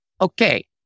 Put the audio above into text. Okay